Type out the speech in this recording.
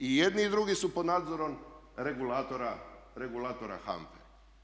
I jedni i drugi su pod nadzorom regulatora HANFA-e.